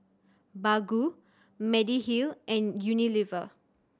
Baggu Mediheal and Unilever